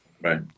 Right